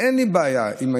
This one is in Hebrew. זה נהנה וזה לא חסר,